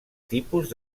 tipus